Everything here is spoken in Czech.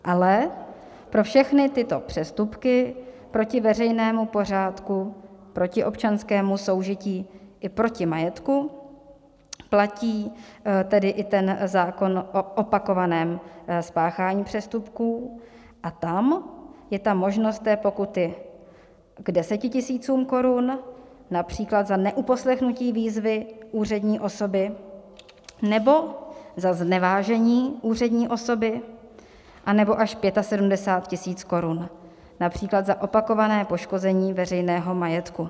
Ale pro všechny tyto přestupky proti veřejnému pořádku, proti občanskému soužití i proti majetku platí tedy i ten zákon o opakovaném spáchání přestupků a tam je ta možnost pokuty k 10 tisícům korun, například za neuposlechnutí výzvy úřední osoby nebo za znevážení úřední osoby, anebo až 75 000 korun například za opakované poškození veřejného majetku.